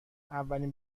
اولین